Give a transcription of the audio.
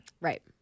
Right